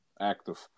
active